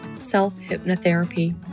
self-hypnotherapy